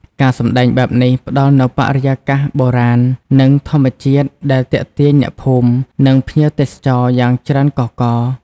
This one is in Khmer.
ការសម្តែងបែបនេះផ្តល់នូវបរិយាកាសបុរាណ និងធម្មជាតិដែលទាក់ទាញអ្នកភូមិ និងភ្ញៀវទេសចរយ៉ាងច្រើនកុះករ។